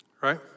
Right